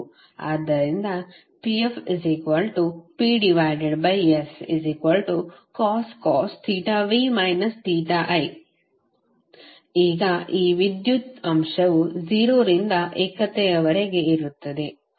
ಆದ್ದರಿಂದ pfPScos v i ಈಗ ಈ ವಿದ್ಯುತ್ ಅಂಶವು 0 ರಿಂದ ಏಕತೆಯವರೆಗೆ ಇರುತ್ತದೆ